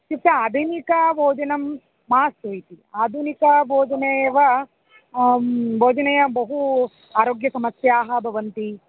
इत्युक्ते आधुनिकभोजनं मास्तु इति आधुनिकभोजने एव भोजनया बहु आरोग्यसमस्याः भवन्ति